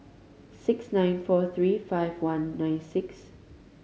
six nine four three five one nine six